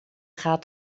gaat